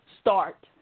start